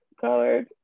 colored